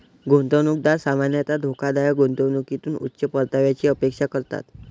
गुंतवणूकदार सामान्यतः धोकादायक गुंतवणुकीतून उच्च परताव्याची अपेक्षा करतात